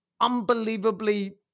unbelievably